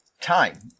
time